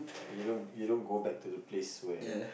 you don't you don't go back to the place where